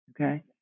okay